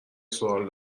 سوال